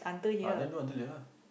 ah then do until there lah